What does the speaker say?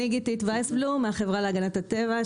אני גיתית ויסבלום, מהחברה להגנת הטבע.